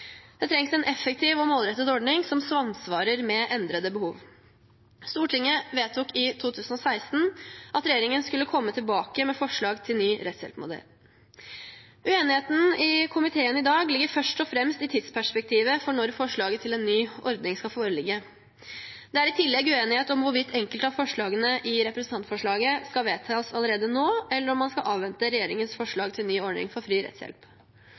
Det trengs en effektiv og målrettet ordning som samsvarer med endrede behov. Stortinget vedtok i 2016 at regjeringen skulle komme tilbake med forslag til ny rettshjelpmodell. Uenigheten i komiteen i dag ligger først og fremst i tidsperspektivet for når forslaget til en ny ordning skal foreligge. Det er i tillegg uenighet om hvorvidt enkelte av forslagene i representantforslaget skal vedtas allerede nå, eller om man skal avvente regjeringens forslag til ny ordning for fri rettshjelp.